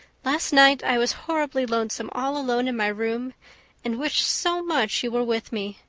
last night i was horribly lonesome all alone in my room and wished so much you were with me.